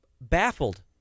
baffled